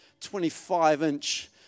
25-inch